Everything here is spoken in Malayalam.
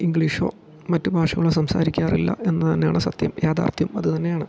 ഇംഗ്ലീഷോ മറ്റ് ഭാഷകളോ സംസാരിക്കാറില്ല എന്ന് തന്നെയാണ് സത്യം യാഥാർത്ഥ്യം അത് തന്നെയാണ്